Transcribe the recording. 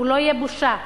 לא יהיה בושה,